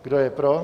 Kdo je pro?